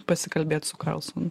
pasikalbėt su karlsonu